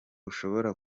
ushobora